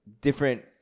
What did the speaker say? different